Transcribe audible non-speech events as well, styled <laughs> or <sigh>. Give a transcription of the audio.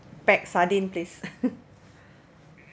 packed sardine place <laughs>